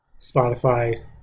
Spotify